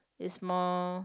is more